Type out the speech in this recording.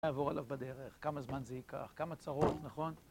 כמה יעבור עליו בדרך, כמה זמן זה ייקח, כמה צרות, נכון?